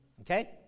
Okay